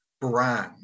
brand